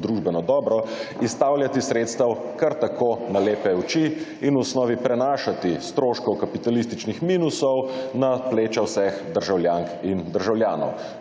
družbeno dobro izstavljati sredstev, kar tako na lepe oči in v osnovi prenašati stroškov kapitalističnih minusov na pleča vseh državljank in državljanov.